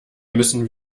müssen